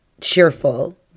cheerful